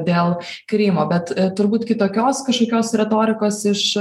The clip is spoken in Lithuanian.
dėl krymo bet turbūt kitokios kažkokios retorikos iš